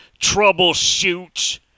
troubleshoot